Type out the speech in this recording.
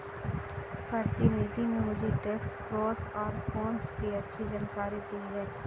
परिनीति ने मुझे tax pros और कोन्स की अच्छी जानकारी दी है